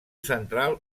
central